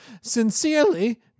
Sincerely